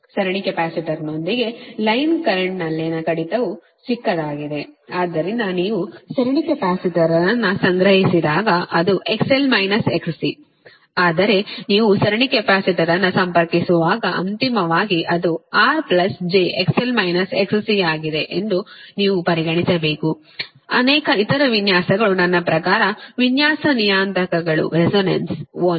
ಸರಣಿ ಕೆಪಾಸಿಟರ್ನೊಂದಿಗೆ ಲೈನ್ ಕರೆಂಟ್ನಲ್ಲಿನ ಕಡಿತವು ಚಿಕ್ಕದಾಗಿದೆ ಆದ್ದರಿಂದ ನೀವು ಸರಣಿ ಕೆಪಾಸಿಟರ್ ಅನ್ನು ಸಂಗ್ರಹಿಸಿದಾಗ ಅದು XL - XC ಆದರೆ ನೀವು ಸರಣಿ ಕೆಪಾಸಿಟರ್ ಅನ್ನು ಸಂಪರ್ಕಿಸುವಾಗ ಅಂತಿಮವಾಗಿ ಅದು R j XL - XC ಆಗಿದೆ ಎಂದು ನೀವು ಪರಿಗಣಿಸಬೇಕು ಅನೇಕ ಇತರ ವಿನ್ಯಾಸ ಸಮಸ್ಯೆಗಳು ನನ್ನ ಪ್ರಕಾರ ವಿನ್ಯಾಸ ನಿಯತಾಂಕಗಳು ರೆಸೊನನ್ಸ್ 1 ಆಗಿದೆ